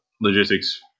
logistics